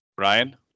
Ryan